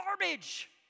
garbage